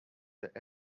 that